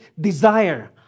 desire